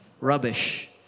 rubbish